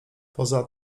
poza